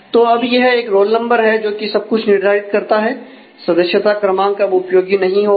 तो अब यह एक रोल नंबर है जो कि सब कुछ निर्धारित करता है सदस्यता क्रमांक अब उपयोगी नहीं होगा